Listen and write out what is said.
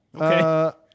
okay